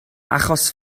achos